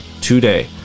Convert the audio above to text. today